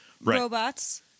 robots